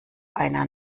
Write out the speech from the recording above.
einer